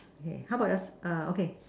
okay how about your err okay